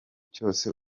cyose